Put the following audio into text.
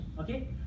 okay